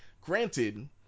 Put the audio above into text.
Granted